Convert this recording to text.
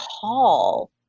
call